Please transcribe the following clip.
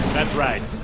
that's right.